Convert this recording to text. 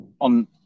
on